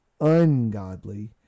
ungodly